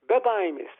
be baimės